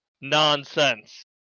nonsense